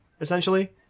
essentially